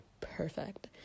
perfect